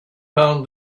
found